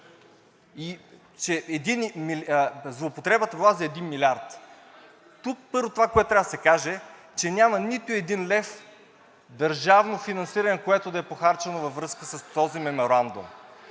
и че злоупотребата била за 1 милиард. Тук, първо, това, което трябва да се каже, е, че няма нито един лев държавно финансиране, което да е похарчено във връзка с този меморандум.